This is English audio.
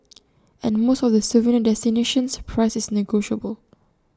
at most of the souvenir destinations price is negotiable